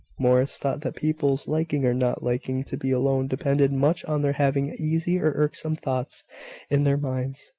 morris thought that people's liking or not liking to be alone depended much on their having easy or irksome thoughts in their minds.